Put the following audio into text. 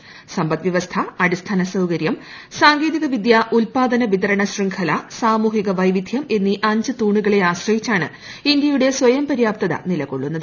സ്സ്മിദ്ദ്വ്യവസ്ഥ അടിസ്ഥാന സൌകര്യം സാങ്കേതിക വിദ്യ ഉല്പ്പാദന്ട് പ്രിതർണ ശൃംഖല സാമൂഹിക വൈവിധ്യം എന്നീ അഞ്ച് തൂണുകളെ ആശ്രയിച്ചാണ് ഇന്ത്യയുടെ സ്വയംപര്യാപ്തത നിലകൊള്ളുന്നത്